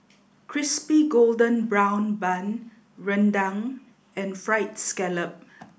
Crispy Golden Brown Bun Rendang and Fried Scallop